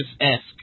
esque